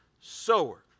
sower